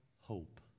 hope